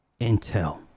intel